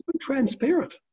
transparent